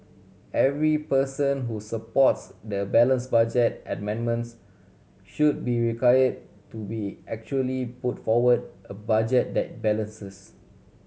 every person who supports the balance budget amendments should be require to be actually put forward a budget that balances